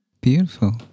beautiful